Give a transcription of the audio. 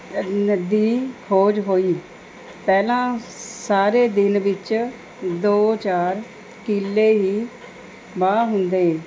ਨ ਦੀ ਖੋਜ ਹੋਈ ਪਹਿਲਾਂ ਸਾਰੇ ਦਿਨ ਵਿੱਚ ਦੋ ਚਾਰ ਕਿੱਲੇ ਹੀ ਵਾਹ ਹੁੰਦੇ